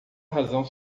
razão